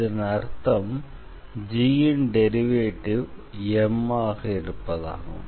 இதன் அர்த்தம் g ன் டெரிவேட்டிவ் M ஆக இருப்பதாகும்